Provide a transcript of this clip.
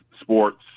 sports